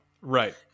Right